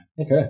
Okay